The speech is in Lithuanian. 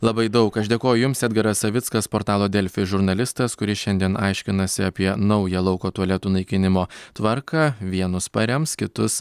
labai daug aš dėkoju jums edgaras savickas portalo delfi žurnalistas kuris šiandien aiškinasi apie naują lauko tualetų naikinimo tvarką vienus parems kitus